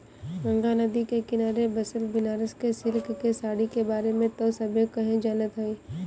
गंगा नदी के किनारे बसल बनारस के सिल्क के साड़ी के बारे में त सभे केहू जानत होई